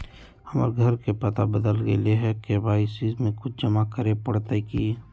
हमर घर के पता बदल गेलई हई, के.वाई.सी में कुछ जमा करे पड़तई की?